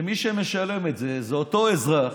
שמי שמשלם את זה זה אותו אזרח